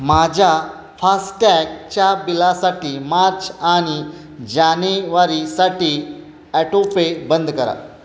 माझ्या फास्टॅगच्या बिलासाठी माच आणि जानेवारीसाठी ॲटोपे बंद करा